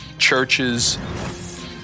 churches